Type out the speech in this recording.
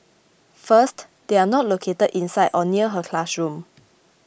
first they are not located inside or near her classroom